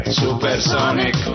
supersonic